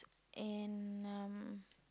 in um